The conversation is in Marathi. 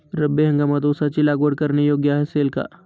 रब्बी हंगामात ऊसाची लागवड करणे योग्य असेल का?